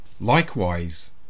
Likewise